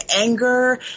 anger